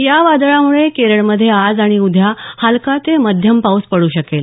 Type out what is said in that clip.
या वादळामुळे केरळमधे आज आणि उद्या हलका ते मध्यम पाऊस पडू शकेल